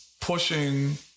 pushing